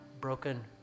broken